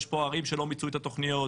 יש פה ערים שלא מיצו את התוכניות,